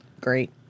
great